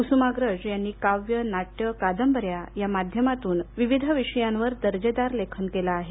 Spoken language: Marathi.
कुसुमाग्रज यांनी काव्य नाट्य कादंबऱ्या या माध्यमातून विविध विषयांवर दर्जेदार लेखन केलं आहे